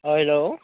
अ हेल'